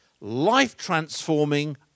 life-transforming